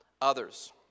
others